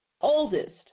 oldest